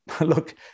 look